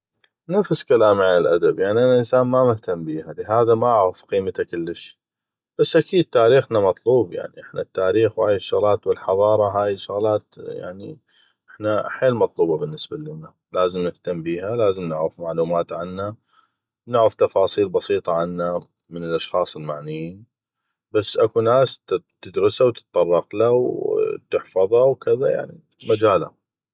نفس كلامي عن الادب يعني أنا انسان ما مهتم بيها لهذا ما اعغف قيمته كلش بس اكيد تاريخ مطلوب يعني احنا التاريخ والحضاره وهاي الشغلات احنا حيل مطلوبه بالنسبه النا لازم نعغف معلومات عنا نعغف تفاصيل عنهمن الاشخاص المعنيين بس اكو ناس تدرسه وتتطرقله وتحفظه يعني مجاله